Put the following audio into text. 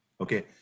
Okay